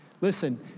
Listen